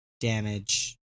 damage